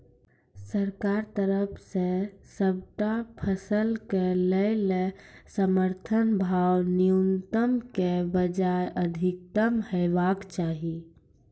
सरकारक तरफ सॅ सबटा फसलक लेल समर्थन भाव न्यूनतमक बजाय अधिकतम हेवाक चाही?